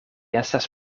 estas